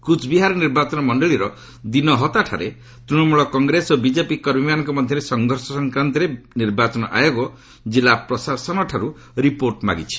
କୁଚ୍ବିହାର ନିର୍ବାଚନ ମଣ୍ଡଳୀର ଦିନହତାଟାରେ ତୃଣମୂଳ କଂଗ୍ରେସ ଓ ବିକେପି କର୍ମୀମାନଙ୍କ ମଧ୍ୟରେ ସଂଘର୍ଷ ସଂକ୍ରାନ୍ତରେ ନିର୍ବାଚନ ଆୟୋଗ କିଲ୍ଲା ପ୍ରଶାସନଠାରୁ ରିପୋର୍ଟ ମାଗିଛନ୍ତି